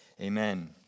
Amen